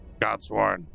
Godsworn